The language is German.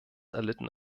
erlitten